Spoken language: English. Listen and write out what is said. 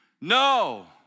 no